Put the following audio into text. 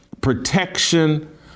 protection